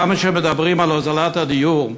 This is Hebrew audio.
כמה שמדברים על הוזלת הדיור,